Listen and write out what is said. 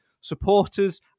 supporters